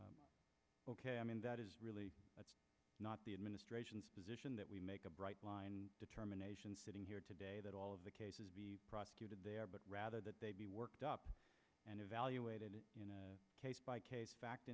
commission ok i mean that is really that's not the administration's position that we make a bright line determination sitting here today that all of the cases be prosecuted they are but rather that they be worked up and evaluated in a case by case fact